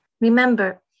Remember